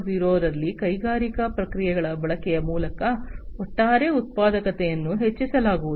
0 ರಲ್ಲಿ ಕೈಗಾರಿಕಾ ಪ್ರಕ್ರಿಯೆಗಳ ಬಳಕೆಯ ಮೂಲಕ ಒಟ್ಟಾರೆ ಉತ್ಪಾದಕತೆಯನ್ನು ಹೆಚ್ಚಿಸಲಾಗುವುದು